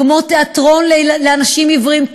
כמו תיאטרון לאנשים עיוורים,